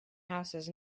houses